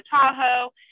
Tahoe